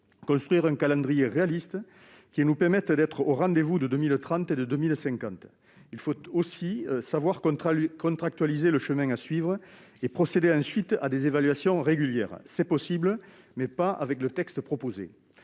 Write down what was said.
construire un calendrier réaliste qui nous permette d'être au rendez-vous de 2030 et de 2050. Il faut aussi savoir contractualiser le chemin à suivre et procéder ensuite à des évaluations régulières. C'est possible, mais pas avec le texte proposé.